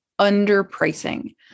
underpricing